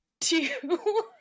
two